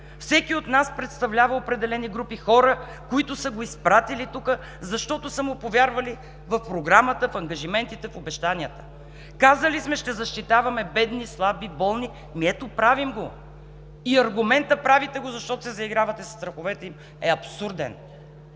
Всеки от нас представлява определени групи хора, които са го изпратили тук, защото са му повярвали в програмата, в ангажиментите, в обещанията. Казали сме: „Ще защитаваме бедни, слаби, болни“. Ето, правим го. И аргументът: „Правите го, защото се заигравате със страховете“ е абсурден.